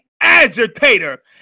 agitator